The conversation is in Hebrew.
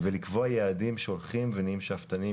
לקבוע גם יעדים שהולכים ונהיים שאפתיים